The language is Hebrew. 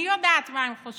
אני יודעת מה הם חושבים.